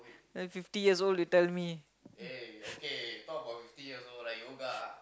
it's fifty so little me